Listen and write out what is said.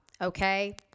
okay